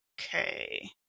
Okay